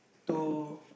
two